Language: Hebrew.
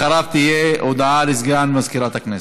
אחריו תהיה הודעה לסגן מזכירת הכנסת.